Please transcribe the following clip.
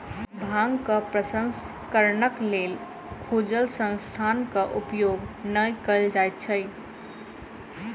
भांगक प्रसंस्करणक लेल खुजल स्थानक उपयोग नै कयल जाइत छै